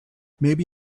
maybe